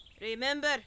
remember